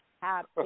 happy